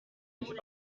ich